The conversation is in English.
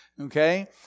okay